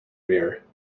rear